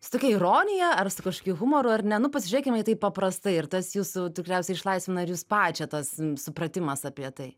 su tokia ironija ar su kažkokiu humoru ar ne nu pasižiūrėkime į tai paprastai ir tas jūsų tikriausiai išlaisvina ir jus pačią tas supratimas apie tai